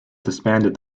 disbanded